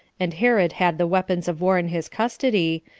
and herod had the weapons of war in his custody,